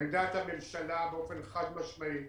עמדת הממשלה באופן חד משמעי,